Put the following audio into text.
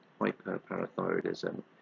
hyperparathyroidism